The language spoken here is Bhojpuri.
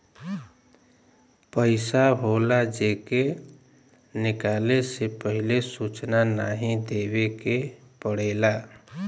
पइसा होला जे के निकाले से पहिले सूचना नाही देवे के पड़ेला